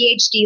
PhD